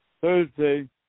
Thursday